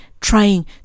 trying